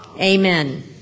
Amen